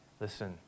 listen